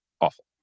awful